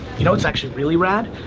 you know what's actually really rad?